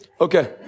Okay